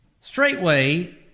Straightway